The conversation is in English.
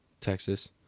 Texas